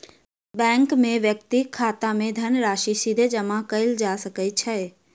bank मे व्यक्तिक खाता मे धनराशि सीधे जमा कयल जा सकै छै